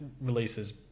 releases